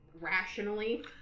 rationally